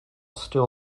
still